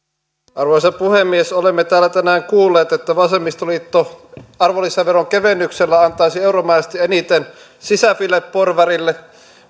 arvoisa puhemies olemme täällä tänään kuulleet että vasemmistoliitto arvonlisäveron kevennyksellä antaisi euromääräisesti eniten sisäfileporvarille